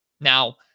Now